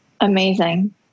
Amazing